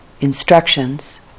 instructions